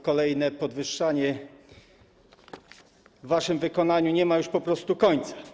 Kolejne ich podwyższanie w waszym wykonaniu nie ma już po prostu końca.